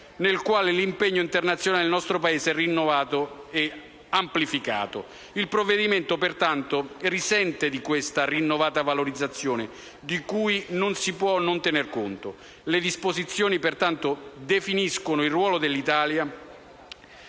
nella quale l'impegno internazionale del nostro Paese è rinnovato ed amplificato. Il provvedimento, pertanto, risente di questa rinnovata valorizzazione di cui non si può non tenere conto. Le disposizioni, pertanto, definiscono il ruolo che l'Italia